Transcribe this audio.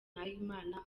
nahimana